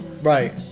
Right